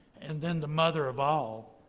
and then the mother of all,